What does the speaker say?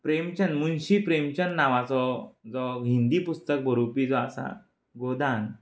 प्रेमचंद मुंशी प्रेमचंद नांवाचो जो हिन्दी पुस्तक बरोवपी जो आसा गोदान